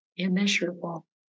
immeasurable